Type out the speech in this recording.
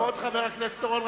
כבוד חבר הכנסת אורון,